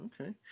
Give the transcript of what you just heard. okay